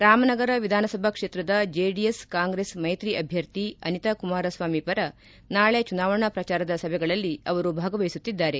ರಾಮನಗರ ವಿಧಾನಸಭಾ ಕ್ಷೇತ್ರದ ಜೆಡಿಎಸ್ ಕಾಂಗ್ರೆಸ್ ಮೈತ್ರಿ ಅಭ್ಯರ್ಥಿ ಅನಿತಾ ಕುಮಾರಸ್ವಾಮಿ ಪರ ನಾಳಿ ಚುನಾವಣಾ ಪ್ರಚಾರದ ಸಭೆಗಳಲ್ಲಿ ಭಾಗವಹಿಸುತ್ತಿದ್ದಾರೆ